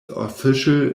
official